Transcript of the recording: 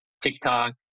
TikTok